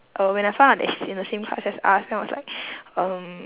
uh when I found out that she's in the same class as us then I was like um